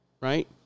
right